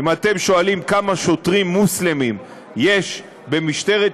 אם אתם שואלים כמה שוטרים מוסלמים יש במשטרת ישראל,